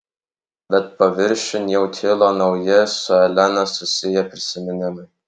bet paviršiun jau kilo nauji su elena susiję prisiminimai